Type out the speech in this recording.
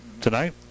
tonight